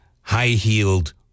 high-heeled